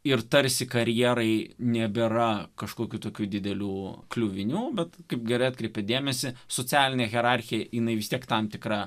ir tarsi karjerai nebėra kažkokių tokių didelių kliuvinių bet kaipgi atkreipė dėmesį socialinė hierarchija jinai vis tiek tam tikra